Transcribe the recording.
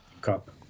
cup